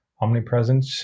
omnipresent